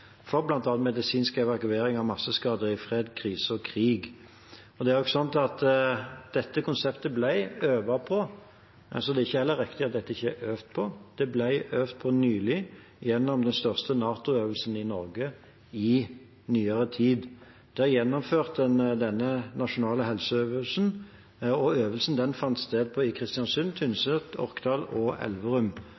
for bl.a. medisinsk evakuering av masseskade i fred, krise og krig. Dette konseptet ble det øvd på, så det er heller ikke riktig at dette ikke er øvd på. Det ble øvd på nylig gjennom den største NATO-øvelsen i Norge i nyere tid. Da gjennomførte en denne nasjonale helseøvelsen. Øvelsen fant sted i Kristiansund, Tynset, Orkdal og Elverum og i tillegg på Ørland. Disse erfaringene vil bli brukt i